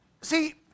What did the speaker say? see